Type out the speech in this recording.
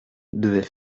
devait